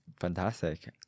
Fantastic